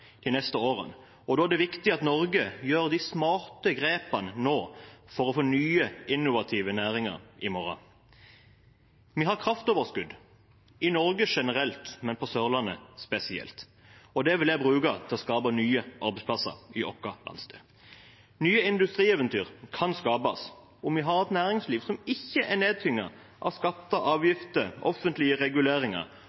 de neste årene, og da er det viktig at Norge gjør de smarte grepene nå for å få nye innovative næringer i morgen. Vi har kraftoverskudd i Norge generelt, men på Sørlandet spesielt, og det vil jeg bruke til å skape nye arbeidsplasser i vår landsdel. Nye industrieventyr kan skapes om vi har et næringsliv som ikke er nedtynget av skatter,